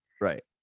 Right